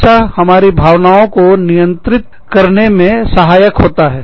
हमेशा हमारी भावनाओं को नियंत्रित करने में सहायक होता है